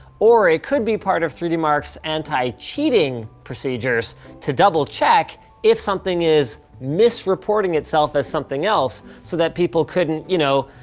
or it could be part of three dmarks' anti-cheating procedures to doublecheck if something is misreporting itself as something else, so that people couldn't, you know,